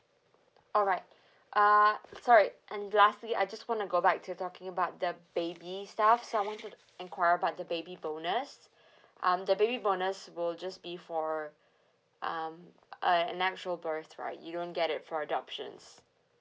alright uh sorry and lastly I just wanna go back to talking about the baby stuff so I'm wanted to enquire about the baby bonus um the baby bonus will just be for um uh natural birth right you don't get it for adoptions